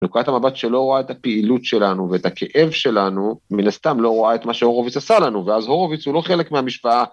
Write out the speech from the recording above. ‫נקודת המבט שלא רואה ‫את הפעילות שלנו ואת הכאב שלנו, ‫מלא סתם לא רואה ‫את מה שהורוביץ עשה לנו, ‫ואז הורוביץ הוא לא חלק מהמשוואה